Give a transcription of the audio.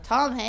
Tom